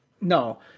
No